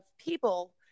people